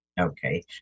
Okay